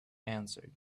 answered